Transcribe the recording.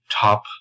top